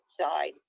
side